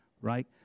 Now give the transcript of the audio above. Right